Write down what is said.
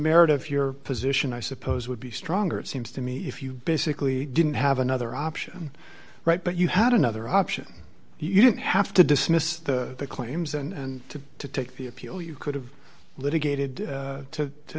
merit of your position i suppose would be stronger it seems to me if you basically didn't have another option right but you had another option you didn't have to dismiss the claims and to take the appeal you could have litigated to to t